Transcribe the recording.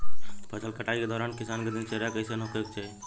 फसल कटाई के दौरान किसान क दिनचर्या कईसन होखे के चाही?